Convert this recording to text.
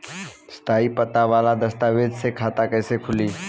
स्थायी पता वाला दस्तावेज़ से खाता कैसे खुली?